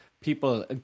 people